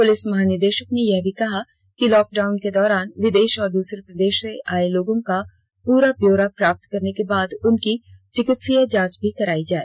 police महानिदेषक ने यह भी कहा कि लॉकडाउन के दौरान विदेष और दूसरे प्रदेषों से आए लोगों का पूरा व्यौरा प्राप्त करने के बाद उनकी चिकित्सकीय जांच भी कराई जाए